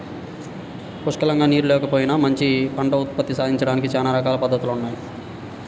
పుష్కలంగా నీరు లేకపోయినా మంచి పంట ఉత్పత్తి సాధించడానికి చానా రకాల పద్దతులున్నయ్